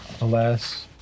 Alas